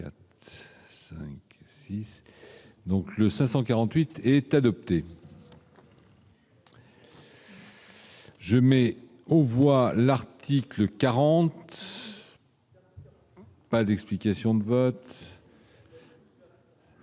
Donc je 548 est adopté. J'aimais on voit l'article 40. Pas d'explication de vote.